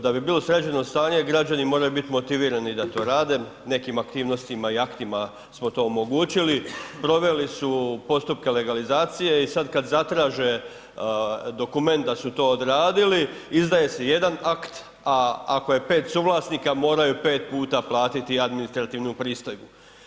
Da bi bilo sređeno stanje, građani moraju biti motivirani da to rade, nekim aktivnostima i aktima smo to omogućili, proveli su postupke legalizacije i sad kad zatraže dokument da su to odradili, izdaje se jedan akt a ako je pet suvlasnika, moraju pet puta platiti administrativnu pristojbu.